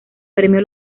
premio